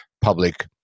public